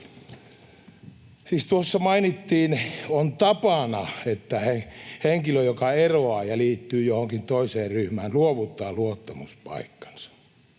Siis tuossa mainittiin: on tapana, että henkilö, joka eroaa ja liittyy johonkin toiseen ryhmään, luovuttaa luottamuspaikkansa.